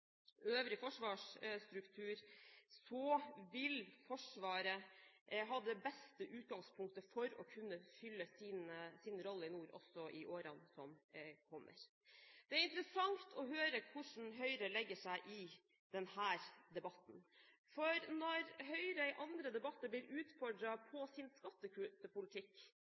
øvrig forsvarsstruktur, vil Forsvaret ha det beste utgangspunktet for å kunne fylle sin rolle i nord også i årene som kommer. Det er interessant å høre hvor Høyre legger seg i denne debatten. Når Høyre i andre debatter blir utfordret på sin